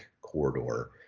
corridor